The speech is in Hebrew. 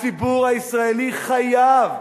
הציבור הישראלי חייב,